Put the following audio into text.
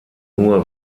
nur